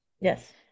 Yes